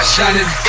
Shining